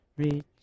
Reach